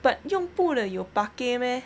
but 用布的有 ba gei